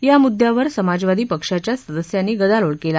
या मुद्द्यावर समाजवादी पक्षाच्या सदस्यांनी गदारोळ केला